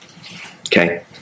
okay